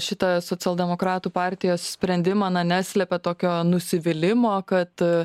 šitą socialdemokratų partijos sprendimąna neslepia tokio nusivylimo kad